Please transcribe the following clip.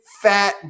fat